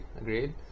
agreed